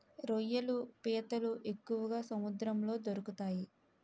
రొయ్యలు పీతలు ఎక్కువగా సముద్రంలో దొరుకుతాయి